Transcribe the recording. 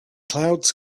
clouds